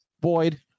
Boyd